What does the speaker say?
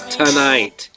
tonight